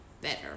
better